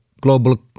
global